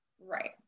Right